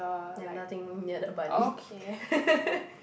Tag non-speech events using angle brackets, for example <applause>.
I've nothing ya the bunny <laughs>